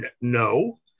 No